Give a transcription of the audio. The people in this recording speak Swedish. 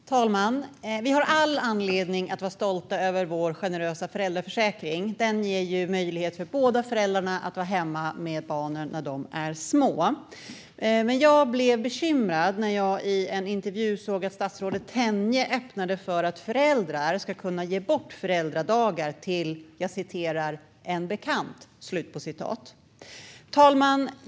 Herr talman! Vi har all anledning att vara stolta över vår generösa föräldraförsäkring. Den ger möjlighet för båda föräldrarna att vara hemma med barnen när de är små. Jag blev dock bekymrad när jag i en intervju såg att statsrådet Tenje öppnade för att föräldrar ska kunna ge bort föräldradagar till "en bekant". Herr talman!